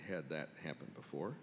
had that happen before